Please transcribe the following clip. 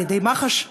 על-ידי מח"ש,